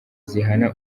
zihana